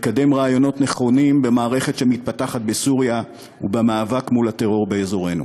לקדם רעיונות נכונים במערכת שמתפתחת בסוריה ובמאבק מול הטרור באזורנו.